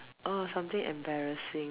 oh something embarrassing ah